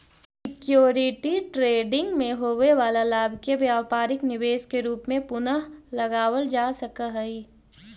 security trading में होवे वाला लाभ के व्यापारिक निवेश के रूप में पुनः लगावल जा सकऽ हई